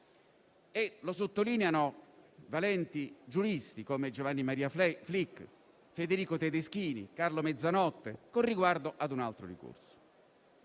Lo sottolineano valenti giuristi, come Giovanni Maria Flick, Federico Tedeschini, Carlo Mezzanotte, con riguardo ad un altro ricorso.